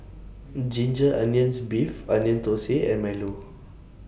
Ginger Onions Beef Onion Thosai and Milo